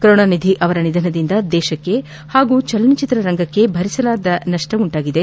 ಕರುಣಾನಿಧಿ ಅವರ ನಿಧನದಿಂದ ದೇಶಕ್ಕೆ ಹಾಗೂ ಚಲನಚಿತ್ರರಂಗಕ್ಕೆ ಭರಿಸಲಾಗದ ನಷ್ಟ ಉಂಟಾಗಿದೆ